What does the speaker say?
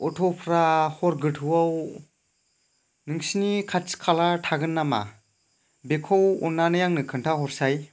अथ' फोरा हर गोथौआव नोंसिनि खाथिखाला थागोन नामा बेखौ अननानै आंनो खोन्थाहरसाय